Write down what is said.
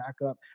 backup